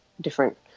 different